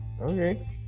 Okay